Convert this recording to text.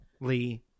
Lee